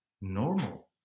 normal